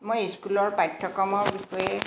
মই স্কুলৰ পাঠ্যক্ৰমৰ বিষয়ে